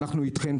אנחנו איתכם,